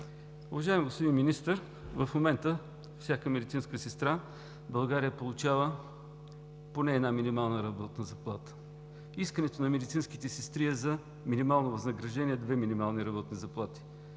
Уважаеми господин Министър, в момента всяка медицинска сестра в България получава поне една минимална работна заплата. Искането на медицинските сестри е за минимално възнаграждение две минимални работни заплати.